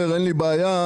אין לי בעיה.